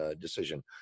Decision